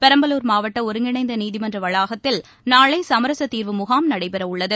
பெரம்பலூர் மாவட்டஒருங்கிணைந்தநீதிமன்றவளாகத்தில் நாளைசமரசதீர்வு முகாம் நடைபெறவுள்ளது